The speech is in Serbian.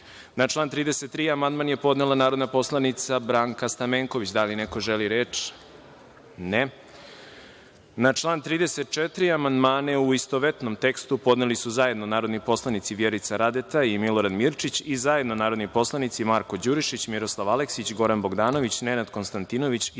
član 33. amandman je podnela narodna poslanica Branka Stamenković. Da li neko želi reč? (Ne)Na član 34. amandmane, u istovetnom tekstu, podneli su zajedno narodni poslanici Vjerica Radeta i Milorad Mirčić i zajedno narodni poslanici Marko Đurišić, Miroslav Aleksić, Goran Bogdanović, Nenad Konstantinović i Zdravko